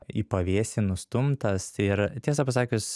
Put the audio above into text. į pavėsį nustumtas ir tiesą pasakius